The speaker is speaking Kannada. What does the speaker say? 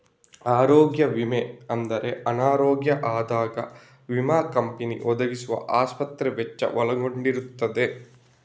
ಆರೋಗ್ಯ ವಿಮೆ ಅಂದ್ರೆ ಅನಾರೋಗ್ಯ ಆದಾಗ ವಿಮಾ ಕಂಪನಿ ಒದಗಿಸುವ ಆಸ್ಪತ್ರೆ ವೆಚ್ಚ ಒಳಗೊಂಡಿರ್ತದೆ